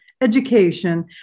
education